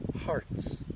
hearts